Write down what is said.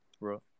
bro